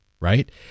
right